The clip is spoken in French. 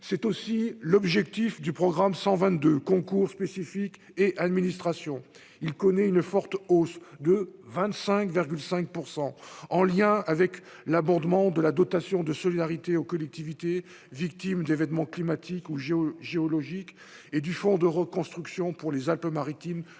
c'est aussi l'objectif du programme 122 Concours spécifiques et administration, il connaît une forte hausse de 25,5 pour 100 en lien avec l'abondement de la dotation de solidarité aux collectivités victimes d'événements climatiques ou géologiques et du fonds de reconstruction pour les Alpes-Maritimes